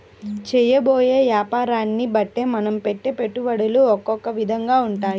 చేయబోయే యాపారాన్ని బట్టే మనం పెట్టే పెట్టుబడులు ఒకొక్క విధంగా ఉంటాయి